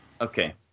Okay